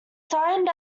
signed